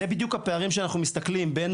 אלה בדיוק הפערים שאנחנו רואים בין